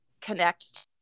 connect